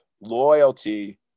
loyalty